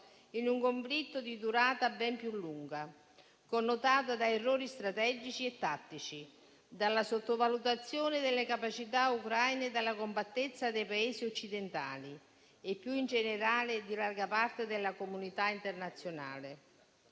in un conflitto di durata ben più lunga, connotato da errori strategici e tattici, dalla sottovalutazione delle capacità ucraine e della compattezza dei Paesi occidentali e, più in generale, di larga parte della comunità internazionale.